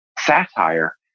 satire